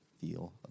feel